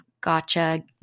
gotcha